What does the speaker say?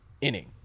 inning